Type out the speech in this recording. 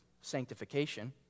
sanctification